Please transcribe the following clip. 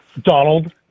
donald